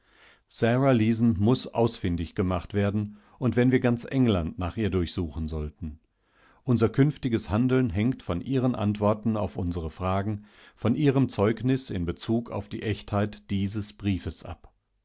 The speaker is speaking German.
leeson muß ausfindig gemacht werden und wenn wir ganz england nach ihr durchsuchen sollten unser künftiges handeln hängt von ihren antworten auf unsere fragen von ihrem zeugnis in bezug auf die echtheit dieses briefes ab